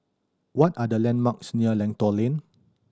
what are the landmarks near Lentor Lane